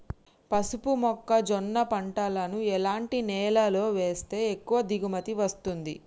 పసుపు మొక్క జొన్న పంటలను ఎలాంటి నేలలో వేస్తే ఎక్కువ దిగుమతి వస్తుంది?